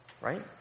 Right